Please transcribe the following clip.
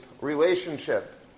relationship